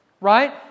right